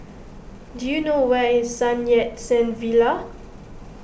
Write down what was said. do you know where is Sun Yat Sen Villa